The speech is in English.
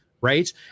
right